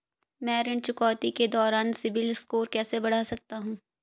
मैं ऋण चुकौती के दौरान सिबिल स्कोर कैसे बढ़ा सकता हूं?